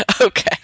Okay